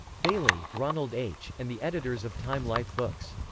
bailey, ronald h, and the editors of time-life books.